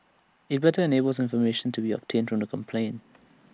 IT enables better information to be obtained from the complainant